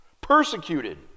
Persecuted